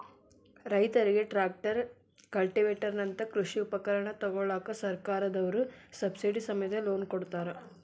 ರೈತರಿಗೆ tractor, cultivator ನಂತ ಕೃಷಿ ಉಪಕರಣ ತೊಗೋಳಾಕ ಸರ್ಕಾರದವ್ರು ಸಬ್ಸಿಡಿ ಸಮೇತ ಲೋನ್ ಕೊಡ್ತಾರ